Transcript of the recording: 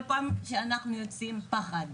כל פעם שאנחנו יוצאים אנחנו מרגישים פחד,